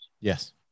Yes